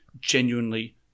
genuinely